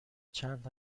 چند